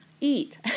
eat